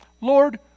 Lord